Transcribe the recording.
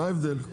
מה ההבדל?